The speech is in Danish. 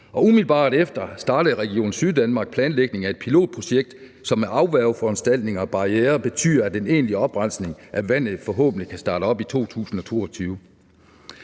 umiddelbart efter startede Region Syddanmark planlægningen af et pilotprojekt, som med afværgeforanstaltninger og barrierer betyder, at den egentlige oprensning af vandet forhåbentlig kan starte op i 2022.